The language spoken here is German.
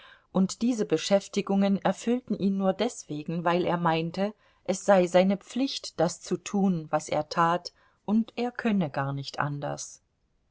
und diese beschäftigungen erfüllten ihn nur deswegen weil er meinte es sei seine pflicht das zu tun was er tat und er könne gar nicht anders